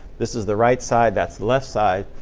this is the right side. that's left side.